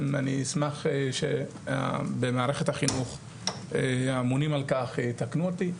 אני אשמח שבמערכת החינוך האמונים על כך ייתקנו אותי,